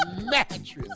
mattress